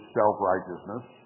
self-righteousness